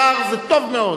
שר זה טוב מאוד.